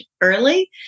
early